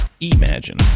Imagine